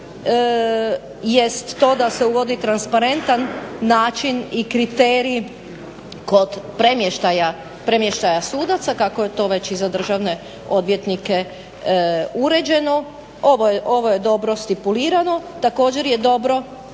jest to da sa uvodi transparentan način i kriterij kod premještaja sudaca kako je to već i za državne odvjetnike uređeno. Ovo je dobro stipulirano. Također je dobro